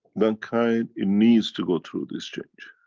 mankind it needs to go through this change.